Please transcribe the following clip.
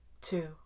Two